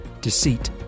deceit